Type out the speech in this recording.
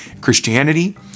Christianity